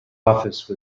office